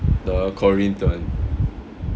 the corinthian